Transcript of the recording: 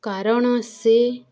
କାରଣ ସେ